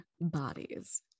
bodies